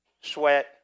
sweat